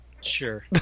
sure